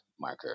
marker